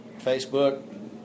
Facebook